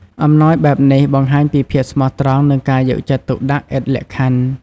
អំណោយបែបនេះបង្ហាញពីភាពស្មោះត្រង់ និងការយកចិត្តទុកដាក់ឥតលក្ខខណ្ឌ។